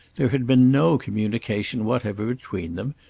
there had been no communication whatever between them,